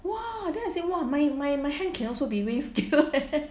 !wah! then I say !wah! my my my hand can also be raised scale eh